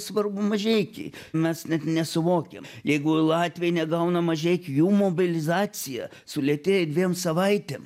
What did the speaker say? svarbu mažeikiai mes net nesuvokėm jeigu latviai negauna mažeikių jų mobilizacija sulėtėja dviem savaitėm